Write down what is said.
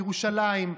בירושלים,